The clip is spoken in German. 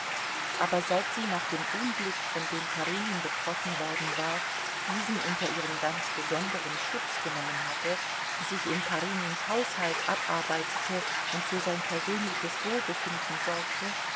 aber seit sie nach dem unglück von dem karenin betroffen worden war diesen unter ihren ganz besonderen schutz genommen hatte sich in karenins haushalt abarbeitete und für sein persönliches wohlbefinden sorgte